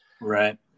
Right